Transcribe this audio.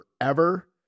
forever